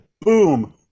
boom